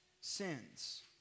sins